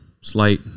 slight